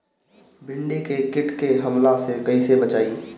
भींडी के कीट के हमला से कइसे बचाई?